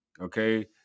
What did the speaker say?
okay